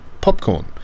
popcorn